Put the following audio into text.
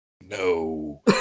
No